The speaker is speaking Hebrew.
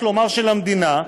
כלומר של המדינה,